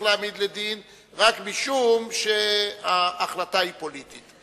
להעמיד לדין רק משום שההחלטה היא פוליטית.